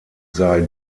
sei